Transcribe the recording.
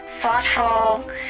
thoughtful